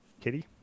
Kitty